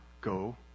go